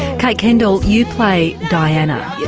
kate kendall you play diana,